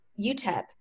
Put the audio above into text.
UTEP